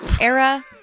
era